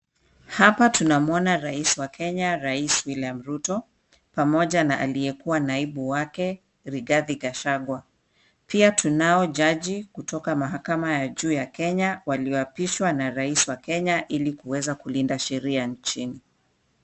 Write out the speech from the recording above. Hapa tunamuona rais wa kenya, rais William Ruto pamoja na aliyekuwa naibu wake Rigathi Gachagua . Pia tunaye jaji kutoka mahakama makuu ya kenya walioapishwa na rais wa kenya ili kulinda sheria ya nchi.